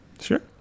Sure